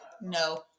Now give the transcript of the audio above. no